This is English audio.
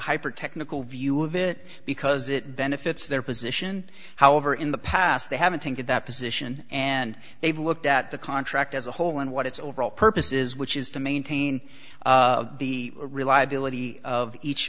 hyper technical view of it because it benefits their position however in the past they have been thinking that position and they've looked at the contract as a whole and what its overall purpose is which is to maintain the reliability of each